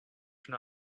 for